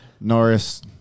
Norris